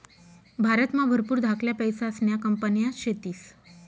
भारतमा भरपूर धाकल्या पैसासन्या कंपन्या शेतीस